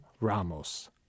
Ramos